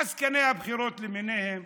עסקני הבחירות למיניהם